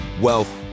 wealth